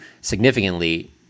significantly